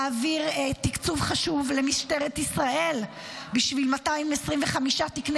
להעביר תקצוב חשוב למשטרת ישראל בשביל 225 תקני